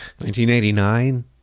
1989